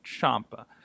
Champa